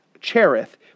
Cherith